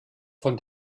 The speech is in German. von